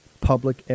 Public